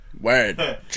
Word